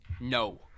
No